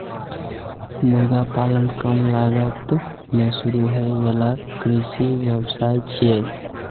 मुर्गी पालन कम लागत मे शुरू होइ बला कृषि व्यवसाय छियै